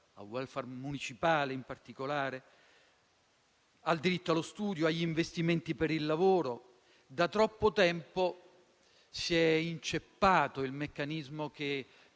al *welfare* municipale - al diritto allo studio e agli investimenti per il lavoro. Da troppo tempo si è inceppato il meccanismo che